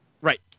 Right